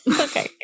okay